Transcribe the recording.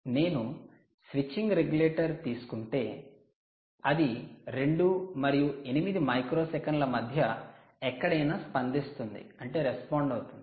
నేను switching regulator తీసుకుంటే అది 2 మరియు 8 మైక్రోసెకన్ల మధ్య ఎక్కడైనా స్పందిస్తుంది